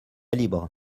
libre